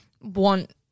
want